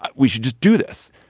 but we should just do this.